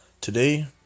Today